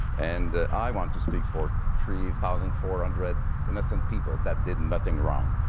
and i want to speak for three thousand four hundred innocent people that did and nothing wrong.